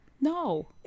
No